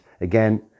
again